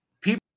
people